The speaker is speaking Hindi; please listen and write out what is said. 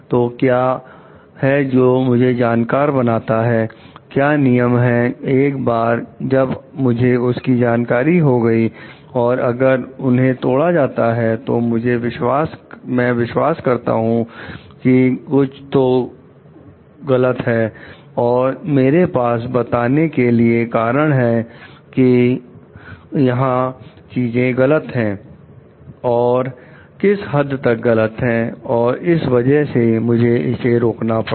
तो क्या है जो मुझे जानकार बनाता है क्या नियम है एक बार जब मुझे उसकी जानकारी हो गई और अगर उन्हें तोड़ा जाता है तो मैं विश्वास करता हूं कि कुछ तो कुछ तो गलत है और मेरे पास बताने के लिए कारण है कि यहां चीजें गलत है और किस हद तक गलत है और इस वजह से मुझे इसे रोकना पड़ा